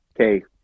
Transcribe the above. okay